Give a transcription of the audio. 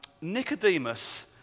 Nicodemus